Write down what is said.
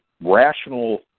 rational